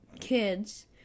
kids